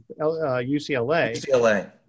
UCLA